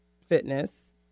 fitness